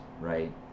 right